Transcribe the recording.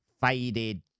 faded